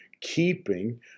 keeping